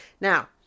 Now